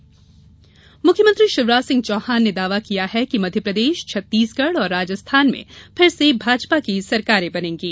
शिवराज दावा मुख्यमंत्री शिवराज सिंह चौहान ने दावा किया है कि मध्यप्रदेश छत्तीसगढ़ और राजस्थान में फिर से भाजपा की सरकारें बनेंगी